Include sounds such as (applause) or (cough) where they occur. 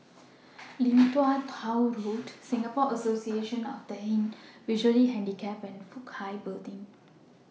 (noise) Lim Tua Tow Road Singapore Association of The Visually Handicapped and Fook Hai Building